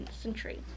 century